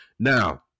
Now